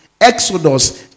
Exodus